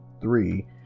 three